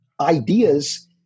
ideas